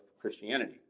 Christianity